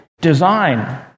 design